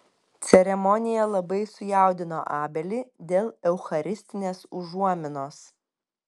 ceremonija labai sujaudino abelį dėl eucharistinės užuominos